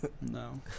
No